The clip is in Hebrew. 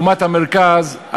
לעומת המרכז,